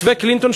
מתווה קלינטון,